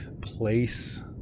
place